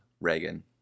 Reagan